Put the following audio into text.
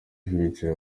hicaye